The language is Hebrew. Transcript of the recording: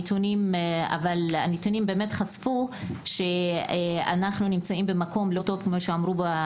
הם חשפו שאנחנו נמצאים במקום לא טוב,